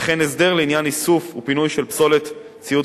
וכן הסדר לעניין איסוף ופינוי של פסולת ציוד